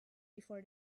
before